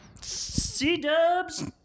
C-dubs